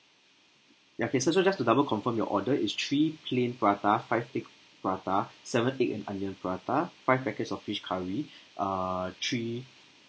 ya okay sir so just to double confirm your order is three plain prata five egg prata seven egg and onion prata five packets of fish curry err three